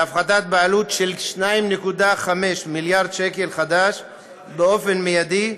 להפחתת העלות ב-2.5 מיליארד ש"ח באופן מיידי.